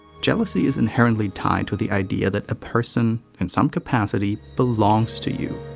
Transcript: jealousy is inherently tied to the idea that a person, in some capacity, belongs to you.